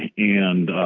and